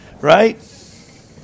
Right